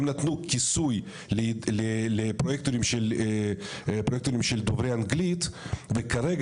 הם נתנו כיסוי לפרוקיטורים של דוברי אנגלית וכרגע